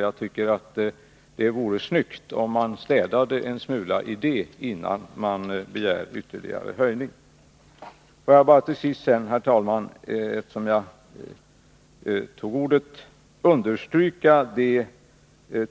Jag tycker att det vore snyggt om man städade en smula i detta innan man begärde ytterligare höjning. Får jag sedan till sist, herr talman, understryka det